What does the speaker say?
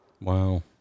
wow